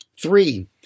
Three